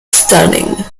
stunning